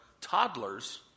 toddlers